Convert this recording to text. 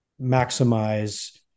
maximize